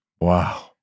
Wow